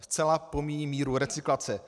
Zcela pomíjím míru recyklace.